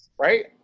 Right